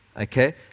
Okay